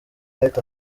light